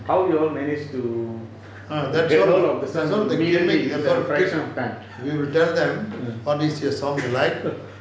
how you all manage to get hold of the song